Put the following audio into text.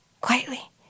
quietly